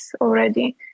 already